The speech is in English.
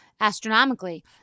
astronomically